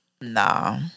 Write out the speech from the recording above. Nah